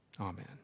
Amen